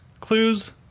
clues